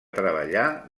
treballar